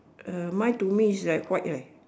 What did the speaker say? uh mine to me is like white leh